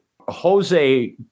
Jose